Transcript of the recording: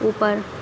ऊपर